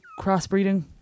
crossbreeding